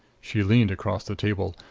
she leaned across the table.